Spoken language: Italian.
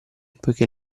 poiché